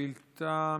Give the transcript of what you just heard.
לשאילתה מס'